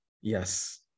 yes